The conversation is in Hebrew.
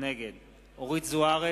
נגד אורית זוארץ,